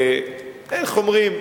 איך אומרים?